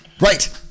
Right